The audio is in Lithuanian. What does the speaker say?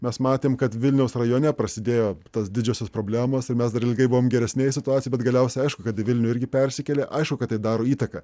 mes matėm kad vilniaus rajone prasidėjo tos didžiosios problemos ir mes dar ilgai buvom geresnėj situacijoj bet galiausia aišku kad į vilnių irgi persikėlė aišku kad tai daro įtaką